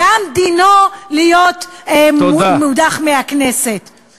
גם דינו להיות מודח מהכנסת, תודה.